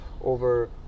over